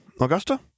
Augusta